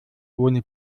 ohne